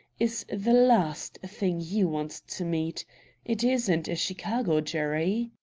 is the last thing you want to meet it isn't a chicago jury.